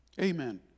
Amen